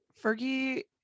Fergie